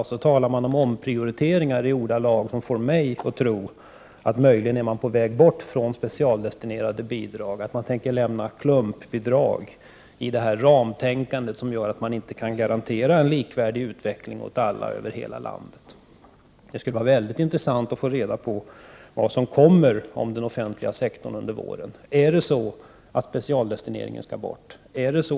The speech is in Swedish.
Och så talar man om omprioriteringar i ordalag som får mig att tro att man möjligen är på väg bort från specialdestinerade bidrag, att man tänker lämna klumpbidrag i detta ramtänkande som gör att man inte kan garantera en likvärdig utveckling för alla över hela landet. Det skulle vara mycket intressant att få reda på vad som kommer när det gäller den offentliga sektorn under våren. Skall specialdestineringen bort?